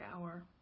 hour